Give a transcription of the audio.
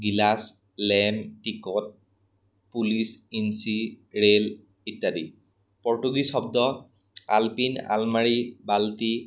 গিলাছ লেম ticket police ইঞ্চি ৰে'ল ইত্যাদি পৰ্তুগীজ শব্দ আলপিন আলমাৰী বাল্টি